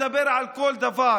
אפשר לדבר על כל דבר.